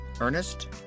Ernest